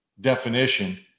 definition